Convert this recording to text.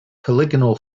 polygonal